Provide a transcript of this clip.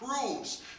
proves